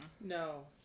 No